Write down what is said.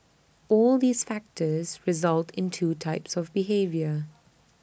all these factors result in two types of behaviour